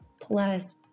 plus